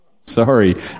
Sorry